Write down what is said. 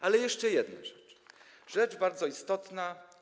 Ale jeszcze jedna rzecz, rzecz bardzo istotna.